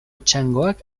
txangoak